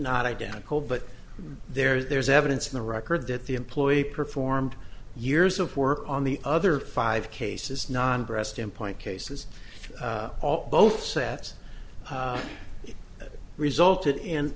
not identical but there's evidence in the record that the employee performed years of work on the other five cases non breast implant cases all both sets resulted in